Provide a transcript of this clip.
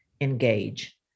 engage